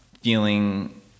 feeling